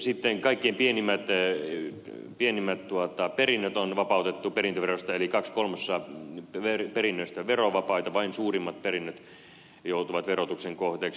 sitten kaikkein pienimmät perinnöt on vapautettu perintöverosta eli kaksi kolmasosaa perinnöistä on verovapaita vain suurimmat perinnöt joutuvat verotuksen kohteeksi